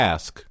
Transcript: Ask